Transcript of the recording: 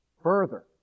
Further